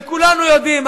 וכולנו יודעים,